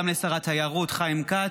וגם לשר התיירות חיים כץ,